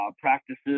Practices